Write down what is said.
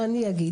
מה אני אגיד?